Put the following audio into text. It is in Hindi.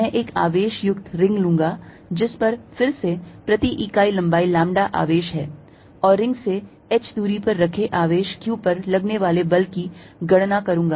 मैं एक आवेश युक्त रिंग लूंगा जिस पर फिर से प्रति इकाई लंबाई lambda आवेश है और रिंग से h दूरी पर रखे आवेश q पर लगने वाले बल की गणना करुंगा